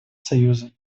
союза